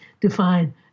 define